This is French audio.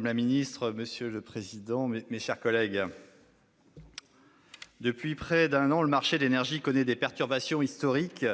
madame la ministre, mes chers collègues, depuis près d'un an, le marché de l'énergie connaît des perturbations historiques,